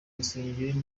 rusengero